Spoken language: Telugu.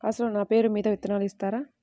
అసలు నా పేరు మీద విత్తనాలు ఇస్తారా?